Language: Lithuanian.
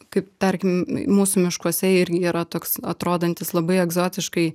kaip tarkim mūsų miškuose irgi yra toks atrodantis labai egzotiškai